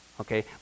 okay